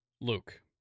Luke